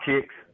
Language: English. kicks